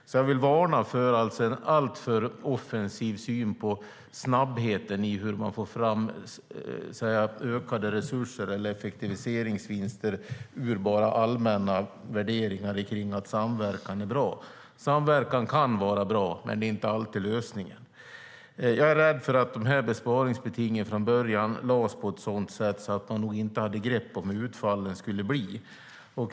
Så jag vill varna för en alltför offensiv syn på hur snabbt man kan få fram ökade resurser eller effektiviseringsvinster ur allmänna värderingar om att samverkan är bra. Samverkan kan vara bra, men det är inte alltid lösningen. Jag är rädd att dessa besparingsbeting från början utformades på ett sådant sätt att man nog inte hade grepp om hur utfallen skulle bli.